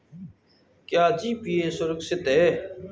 क्या जी.पी.ए सुरक्षित है?